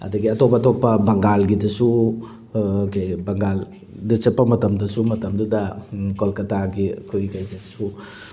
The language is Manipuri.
ꯑꯗꯒꯤ ꯑꯇꯣꯞ ꯑꯇꯣꯞꯄ ꯕꯪꯒꯥꯜꯒꯤꯗꯁꯨ ꯀꯩ ꯕꯪꯒꯥꯜꯗ ꯆꯠꯄ ꯃꯇꯝꯗꯁꯨ ꯃꯇꯝꯗꯨꯗ ꯀꯣꯜꯀꯇꯥꯒꯤ ꯑꯩꯈꯣꯏꯒꯤ ꯀꯩꯗꯁꯨ